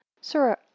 Sir